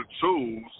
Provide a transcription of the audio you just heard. tools